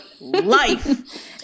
life